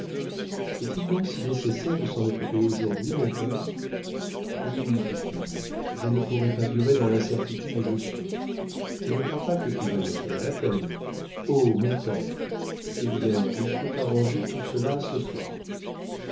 est-il donc si nécessaire de s'en occuper aujourd'hui mon père oui oui fifille je ne pourrais pas durer dans l'incertitude où je suis je ne crois pas que tu veuilles me faire de la peine oh mon père hé bien il faut arranger tout cela ce soir